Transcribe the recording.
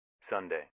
Sunday